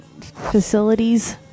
facilities